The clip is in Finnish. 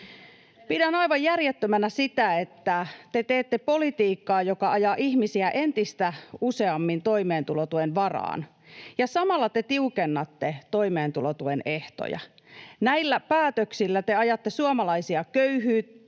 Pidän aivan järjettömänä sitä, että te teette politiikkaa, joka ajaa ihmisiä entistä useammin toimeentulotuen varaan, ja samalla te tiukennatte toimeentulotuen ehtoja. Näillä päätöksillä te ajatte suomalaisia köyhyyteen,